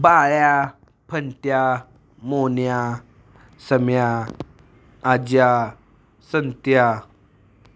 बाळ्या फनत्या मोन्या सम्या अज्या संत्या